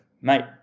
Mate